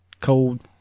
cold